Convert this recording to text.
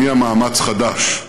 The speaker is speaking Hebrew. הניע מאמץ חדש: